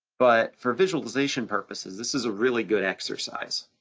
but for visualization purposes, this is a really good exercise.